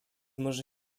może